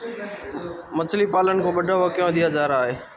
मछली पालन को बढ़ावा क्यों दिया जा रहा है?